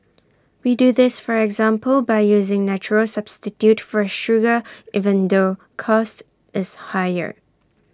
we do this for example by using natural substitute for sugar even though cost is higher